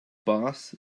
boss